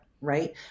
right